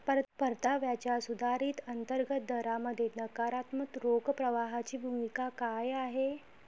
परताव्याच्या सुधारित अंतर्गत दरामध्ये नकारात्मक रोख प्रवाहाची भूमिका काय आहे?